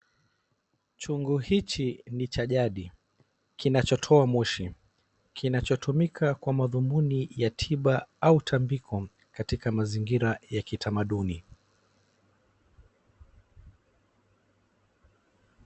Chungu hichi ni cha jadi kinachotoa moshi kinachotumika kwa madhumuni ya tiba au tabiko katika mazingira ya kitamaduni.